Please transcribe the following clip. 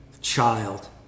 child